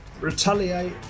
retaliate